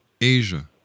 Asia